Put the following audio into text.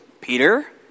Peter